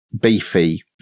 beefy